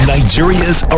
Nigeria's